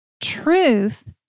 Truth